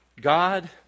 God